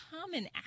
common